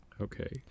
Okay